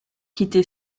quitté